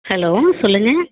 hello சொல்லுங்க